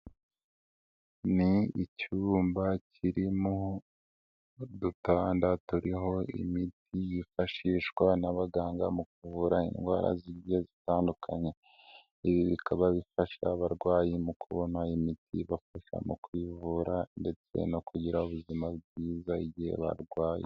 Ni icyuyumba kirimo udutanda turiho imiti yifashishwa n'abaganga mu kuvura indwara zitandukanye, ibi bikaba bifasha abarwayi mu kubona imiti ibafasha mu kwivura ndetse no kugira ubuzima bwiza igihe barwaye.